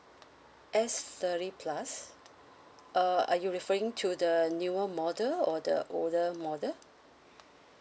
S thirty plus uh are you referring to the newer model or the older model